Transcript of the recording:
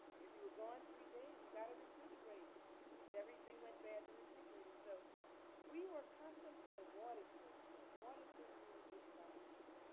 if you were gone three days, you got a refrigerator because everything went bad in the refrigerator. so we were accustomed to the water thing. that water thing really didn't bother us.